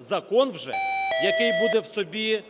закон вже, який буде в собі